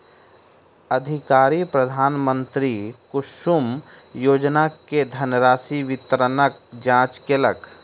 अधिकारी प्रधानमंत्री कुसुम योजना के धनराशि वितरणक जांच केलक